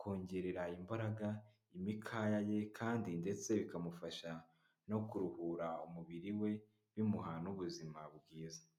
kongerera imbaraga imikaya ye kandi ndetse bikamufasha no kuruhura umubiri we, bimuha n'ubuzima bwiza.